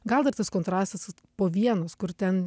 gal dar tas kontrastas po vienos kur ten